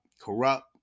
corrupt